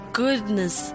goodness